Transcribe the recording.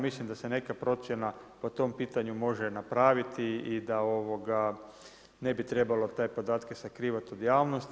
Mislim da se neka procjena po tom pitanju može napraviti i da ne bi trebalo te podatke sakrivati od javnosti.